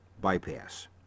Bypass